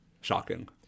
Shocking